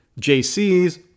JC's